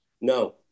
No